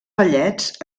ballets